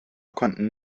konnten